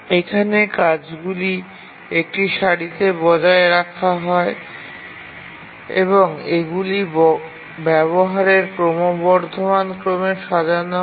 এখানে কাজগুলি একটি সারিতে বজায় রাখা হয় এবং এগুলি ব্যবহারের ক্রমবর্ধমান ক্রমে সাজানো হয়